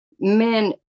men